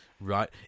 Right